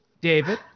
David